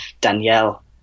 Danielle